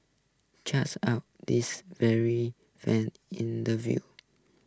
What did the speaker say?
checks out this very fan interview